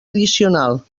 addicional